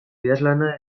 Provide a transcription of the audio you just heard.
idazlana